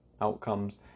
outcomes